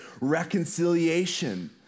reconciliation